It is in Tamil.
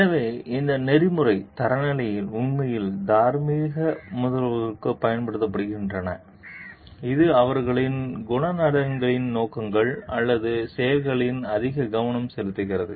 எனவே இந்த நெறிமுறை தரநிலைகள் உண்மையில் தார்மீக முகவர்களுக்குப் பயன்படுத்தப்படுகின்றன இது அவர்களின் குணநலன்களின் நோக்கங்கள் அல்லது செயல்களில் அதிக கவனம் செலுத்துகிறது